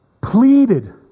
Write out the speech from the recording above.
Pleaded